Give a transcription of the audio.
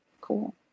Cool